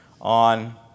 on